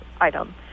item